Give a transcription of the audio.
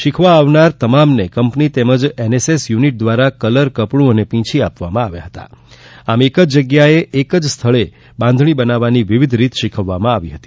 શીખવા આવનાર તમામને કંપની દ્વારા તેમજ એનએસએસ યુનિટ દ્વારા કલર કપડું અને ર્પીછી આપવામાં આવ્યા હતા આમ એક જ જગ્યાએ એક જ સ્થળે બાંધણી બનાવવાની વિવિધ રીત શીખવવામાં આવી હતી